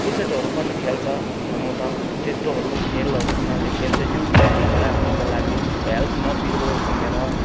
क्रिकेटहरू पनि खेल्छ खेल्नु त त्यस्तोहरू खेलहरू उनीहरूले खेल्छ जिउ फिटिङ राख्नको लागि हेल्थ नबिग्रियोस् भनेर